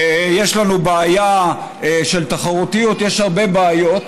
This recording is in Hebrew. יש לנו בעיה של תחרותיות, יש הרבה בעיות.